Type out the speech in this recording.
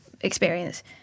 experience